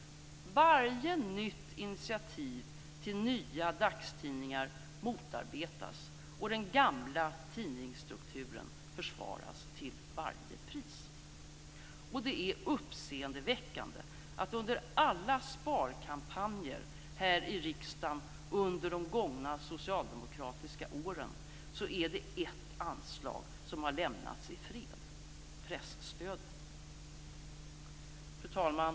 Varje nytt initiativ till nya dagstidningar motarbetas, och den gamla tidningsstrukturen försvaras till varje pris. Det är uppseendeväckande att under alla sparkampanjer här i riksdagen under de gångna socialdemokratiska åren är det ett anslag som har lämnats i fred: presstödet. Fru talman!